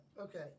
Okay